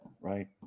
right